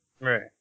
Right